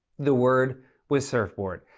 the word was surfboard.